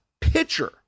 pitcher